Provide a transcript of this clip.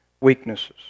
weaknesses